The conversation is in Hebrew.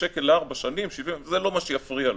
שקל לארבע שנים זה לא מה שיפריע לו.